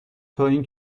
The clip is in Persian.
تااین